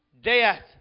death